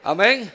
Amen